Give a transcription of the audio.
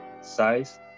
size